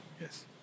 Yes